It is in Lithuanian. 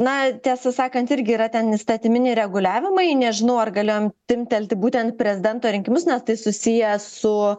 na tiesą sakant irgi yra ten įstatyminiai reguliavimai nežinau ar galėjom timptelti būtent prezidento rinkimus nes tai susiję su